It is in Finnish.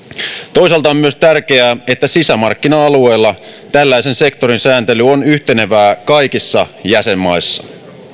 toisaalta on myös tärkeää että sisämarkkina alueella tällaisen sektorin sääntely on yhtenevää kaikissa jäsenmaissa